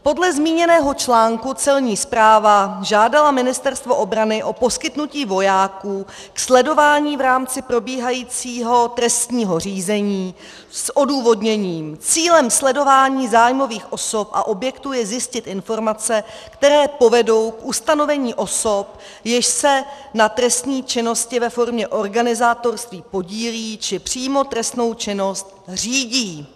Podle zmíněného článku Celní správa žádala Ministerstvo obrany o poskytnutí vojáků k sledování v rámci probíhajícího trestního řízení s odůvodněním: Cílem sledování zájmových osob a objektů je zjistit informace, které povedou k ustanovení osob, jež se na trestné činnosti ve formě organizátorství podílejí či přímo trestnou činnost řídí.